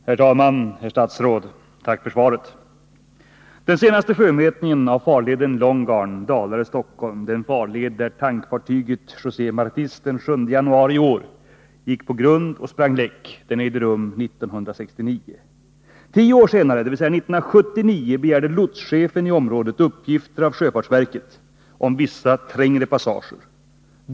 Herr talman! Herr statsråd, tack för svaret. Den senaste sjömätningen av farleden Långgarn-Dalarö-Stockholm, den farled där tankfartyget José Martis den 7 januari i år gick på grund och sprang läck, ägde rum år 1969. Tio år senare, dvs. 1979, begärde lotschefen i området uppgifter av sjöfartsverket om vissa trängre passager.